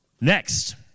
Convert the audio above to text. Next